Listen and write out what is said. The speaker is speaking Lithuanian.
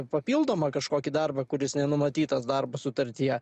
papildomą kažkokį darbą kuris nenumatytas darbo sutartyje